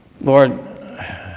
Lord